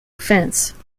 offense